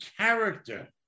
character